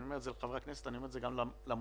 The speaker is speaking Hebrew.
אני אומר גם לחברי הכנסת וגם למוזמנים